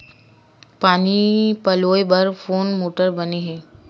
पानी पलोय बर कोन मोटर बने हे?